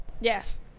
Yes